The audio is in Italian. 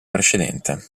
precedente